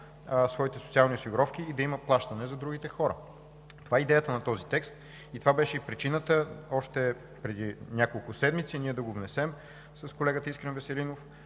своите социални осигуровки и да има плащане за другите хора. Това е идеята на този текст и това беше и причината още преди няколко седмици ние да го внесем с колегата Искрен Веселинов,